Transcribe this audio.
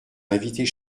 invités